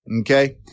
Okay